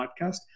Podcast